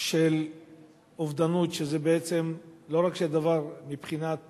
של אובדנות, שבעצם לא רק שמבחינת